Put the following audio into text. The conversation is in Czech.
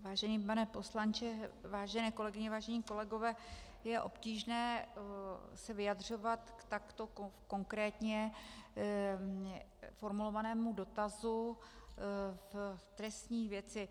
Vážený pane poslanče, vážené kolegyně, vážení kolegové, je obtížné se vyjadřovat k takto konkrétně formulovanému dotazu v trestní věci.